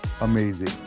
amazing